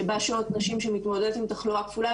שבה שוהות נשים שמתמודדות עם תחלואה כפולה,